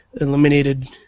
eliminated